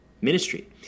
ministry